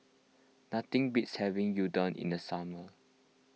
nothing beats having Unadon in the summer